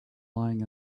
lying